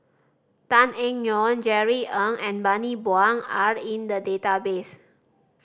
Tan Eng Yoon Jerry Ng and Bani Buang are in the database